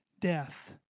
death